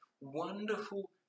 wonderful